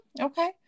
Okay